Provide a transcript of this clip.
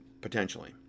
potentially